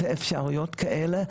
יותר אפשרויות כאלה,